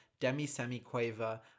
demi-semi-quaver